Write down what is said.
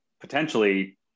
potentially